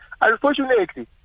Unfortunately